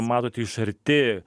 matot iš arti